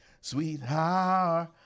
sweetheart